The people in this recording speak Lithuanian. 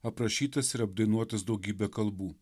aprašytas ir apdainuotas daugybe kalbų